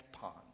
pond